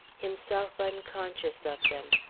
himself unconscious of them.